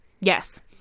Yes